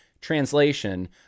translation